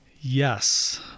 Yes